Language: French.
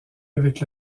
avec